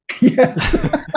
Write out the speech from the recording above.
Yes